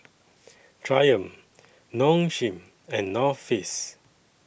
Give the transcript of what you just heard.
Triumph Nong Shim and North Face